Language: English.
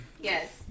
Yes